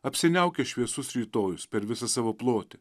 apsiniaukė šviesus rytojus per visą savo plotį